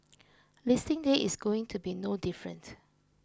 listing day is going to be no different